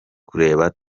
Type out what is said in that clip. kureba